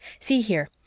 see here!